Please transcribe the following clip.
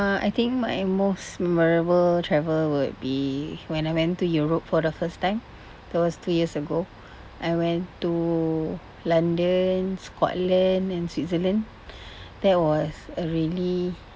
uh I think my most memorable travel would be when I went to europe for the first time that's two years ago I went to london scotland and switzerland that was a really